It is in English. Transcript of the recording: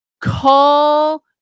call